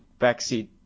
backseat